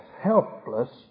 helpless